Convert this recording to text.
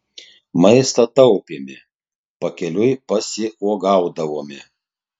maistą taupėme pakeliui pasiuogaudavome